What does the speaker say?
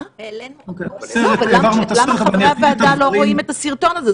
אבל למה חברי הכנסת לא רואים את הסרטון הזה?